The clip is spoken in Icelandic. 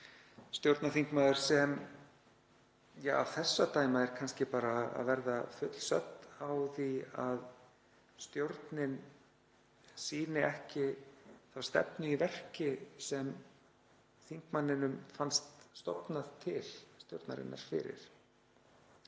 stjórnarþingmaður sem af þessu að dæma var kannski að fá sig fullsadda á því að stjórnin sýndi ekki þá stefnu í verki sem þingmanninum fannst stofnað til stjórnarinnar fyrir.